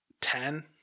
Ten